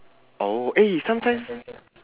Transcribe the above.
oh eh sometimes